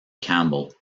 campbell